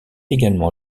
également